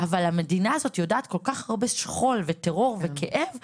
אבל המדינה הזאת יודעת כל כך הרבה שכול וטרור וכאב,